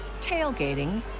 tailgating